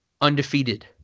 undefeated